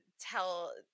tell